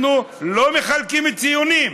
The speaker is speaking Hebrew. אנחנו לא מחלקים ציונים,